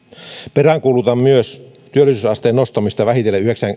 peräänkuulutan myös työllisyysasteen nostamista vähitellen